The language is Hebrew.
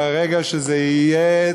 ברגע שזה יהיה,